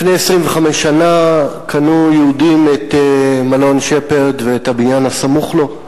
לפני 25 שנה קנו יהודים את מלון "שפרד" ואת הבניין הסמוך לו.